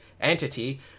entity